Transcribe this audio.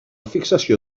fixació